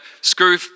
screw